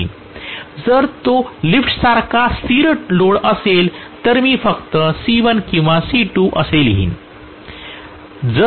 जर तो लिफ्टसारखा स्थिर टॉर्क लोड असेल तर मी फक्त C1 किंवा C2 असे लिहीन